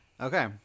Okay